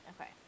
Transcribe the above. Okay